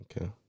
Okay